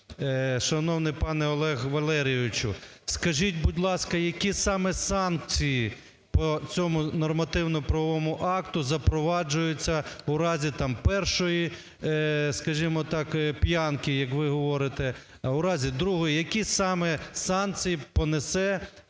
шановний пане Олег Валерійовичу. Скажіть, будь ласка, які саме санкції по цьому нормативно-правовому акту запроваджуються в разі першої, скажімо так, п'янки, в разі другої. Які саме санкції понесе